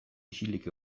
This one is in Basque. isilik